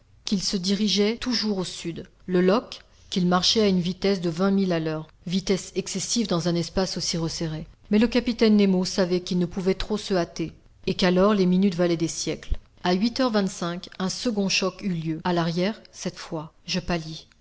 qu'il se dirigeait toujours au sud le loch qu'il marchait à une vitesse de vingt milles à l'heure vitesse excessive dans un espace aussi resserré mais le capitaine nemo savait qu'il ne pouvait trop se hâter et qu'alors les minutes valaient des siècles a huit heures vingt-cinq un second choc eut lieu a l'arrière cette fois je pâlis